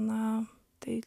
na tai